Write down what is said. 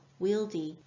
wieldy